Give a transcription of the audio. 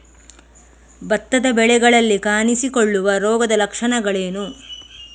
ಭತ್ತದ ಬೆಳೆಗಳಲ್ಲಿ ಕಾಣಿಸಿಕೊಳ್ಳುವ ರೋಗದ ಲಕ್ಷಣಗಳೇನು?